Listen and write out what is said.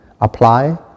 apply